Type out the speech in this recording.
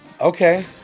Okay